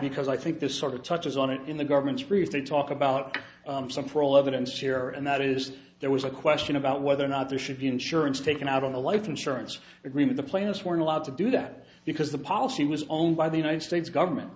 because i think this sort of touches on it in the government's recent talk about some for all evidence here and that is that there was a question about whether or not there should be insurance taken out on the life insurance agreement the plainest were allowed to do that because the policy was owned by the united states government